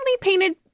painted